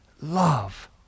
love